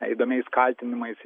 įdomiais kaltinimais